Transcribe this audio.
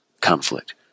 conflict